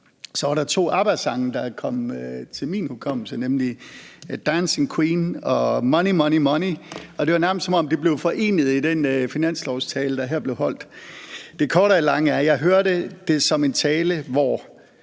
på to Abbasange, der kom frem i min hukommelse, nemlig »Dancing Queen« og »Money, Money, Money«, og det var nærmest, som om de blev forenet i den finanslovsaftale, der her blev holdt. Det korte af det lange er, at jeg hørte det som en tale, hvor